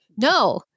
no